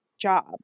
job